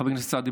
חבר הכנסת סעדי,